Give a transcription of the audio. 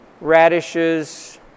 radishes